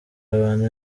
abantu